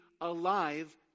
alive